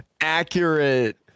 accurate